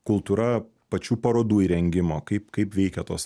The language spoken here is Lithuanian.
kultūra pačių parodų įrengimo kaip kaip veikia tos